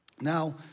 Now